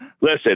Listen